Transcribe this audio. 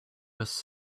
was